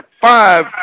five